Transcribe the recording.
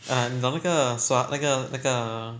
err 你懂那个 soy~ 那个那个